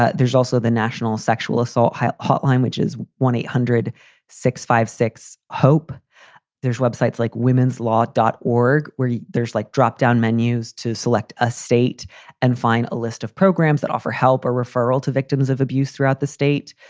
ah there's also the national sexual assault hotline, which is one eight hundred six five six. hope there's web sites like women's law dot org, where there's like dropdown menus to select a state and find a list of programs that offer help or referral to victims of abuse throughout the state.